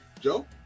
Joe